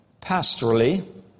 pastorally